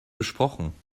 besprochen